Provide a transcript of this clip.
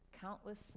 countless